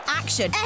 action